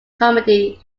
comedy